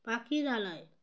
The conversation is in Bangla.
পাখিরালয়